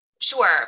Sure